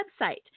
website